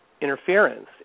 interference